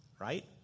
Right